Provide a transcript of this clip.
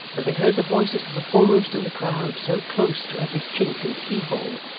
and they heard the voices of the foremost in the crowd so close to every chink and keyhole,